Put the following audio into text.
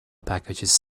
packages